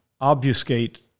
obfuscate